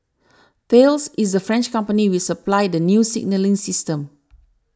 Thales is the French company which supplied the new signalling system